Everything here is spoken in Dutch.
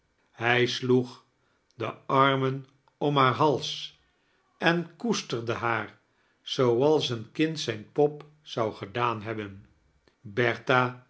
hij sloeg de armen om haar hals en koestterde haar zooals een kind zijn pop zou gedaan hebben